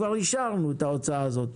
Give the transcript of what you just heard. כבר אישרנו את ההוצאה הזאת.